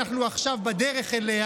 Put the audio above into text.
בואו נייצר מנגנון חלופי.